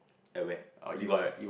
at where Deloitte